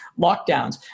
lockdowns